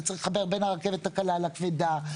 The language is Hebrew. שצריך לחבר בין הרכבת הקלה לכבדה,